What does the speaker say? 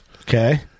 Okay